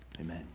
Amen